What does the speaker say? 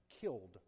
killed